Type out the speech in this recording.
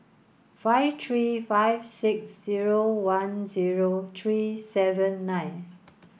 five three five six zero one zero three seven nine